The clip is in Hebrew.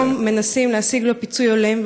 והיום מנסים להשיג לו פיצוי הולם.